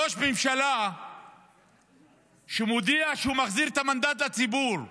ראש ממשלה שמודיע שהוא מחזיר את המנדט לציבור,